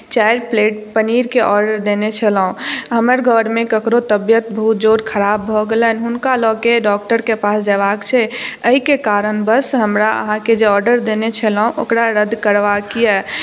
चारि प्लेट पनीरक आर्डर देने छलहुँ हमर घरमे ककरहु तबियत बहुत जोर खराब भऽ गेलनि हुनका लऽ के डॉक्टरके पास जयबाक छै एहिके कारणवश हमरा अहाँकेँ जे आर्डर देने छलहुँ ओकरा रद्द करबाक यए